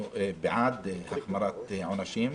אני מתכבד לפתוח את ישיבת ועדת הכנסת.